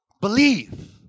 Believe